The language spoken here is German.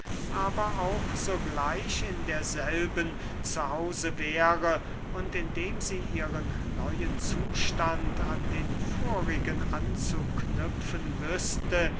aber auch sogleich in derselben zu hause wäre und indem sie ihren neuen zustand an den vorigen anzuknüpfen wüßte